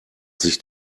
sich